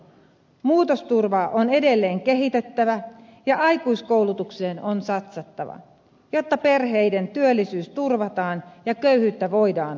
muutosturvaa on edelleen kehitettävä ja aikuiskoulutukseen on satsattava jotta perheiden työllisyys turvataan ja köyhyyttä voidaan torjua